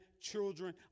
children